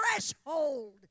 threshold